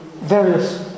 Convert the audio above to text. various